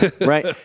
Right